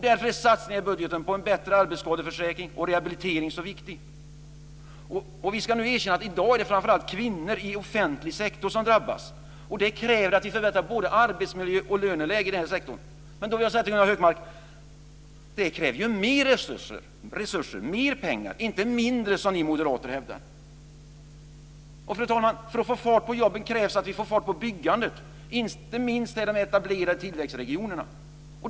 Därför är satsningen i budgeten på en bättre arbetsskadeförsäkring och rehabilitering så viktig. Vi ska erkänna att det i dag framför allt är kvinnor i offentlig sektor som drabbas. Det kräver att vi förbättrar både arbetsmiljö och löneläge i den sektorn. Men det kräver - och det vill jag säga till Gunnar Hökmark - mer resurser, mer pengar, och inte mindre som ni moderater hävdar. Fru talman! För att få fart på jobben krävs att vi får fart på byggandet. Det gäller inte minst i de etablerade tillväxtregionerna.